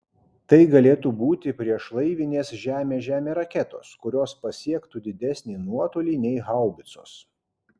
tai galėtų būti priešlaivinės žemė žemė raketos kurios pasiektų didesnį nuotolį nei haubicos